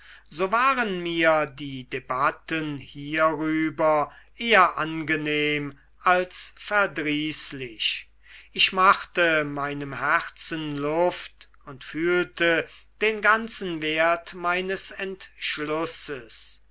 so waren mir die debatten hierüber eher angenehm als verdrießlich ich machte meinem herzen luft und fühlte den ganzen wert meines entschlusses